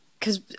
cause